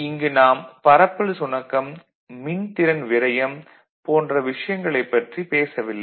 இங்கு நாம் பரப்பல் சுணக்கம் மின்திறன் விரயம் போன்ற விஷயங்களைப் பற்றி பேசவில்லை